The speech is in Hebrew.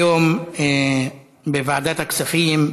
היום בוועדת הכספים,